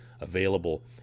available